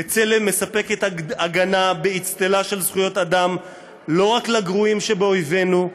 "בצלם" מספקת הגנה באצטלה של זכויות אדם לא רק לגרועים שבאויבינו,